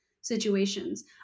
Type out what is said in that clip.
situations